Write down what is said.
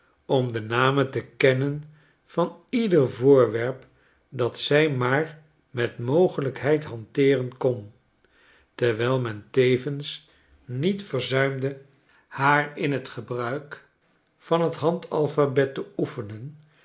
om de namen te kennen van ieder voorwerp dat zij maar met mogelijkheid hanteeren to terwijl men tevens niet verzuimde haar in t gebruik van t hand alphabet te oefenen